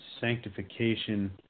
sanctification